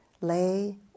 lay